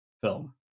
film